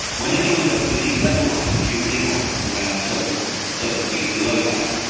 when they joined up with the deep level line, the jubilee one coming down several dozen feet below that,